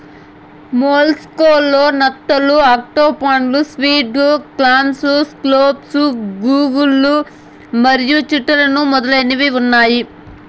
mollusc లలో నత్తలు, ఆక్టోపస్లు, స్క్విడ్, క్లామ్స్, స్కాలోప్స్, గుల్లలు మరియు చిటాన్లు మొదలైనవి ఉన్నాయి